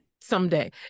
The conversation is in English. Someday